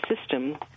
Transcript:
system